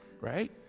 right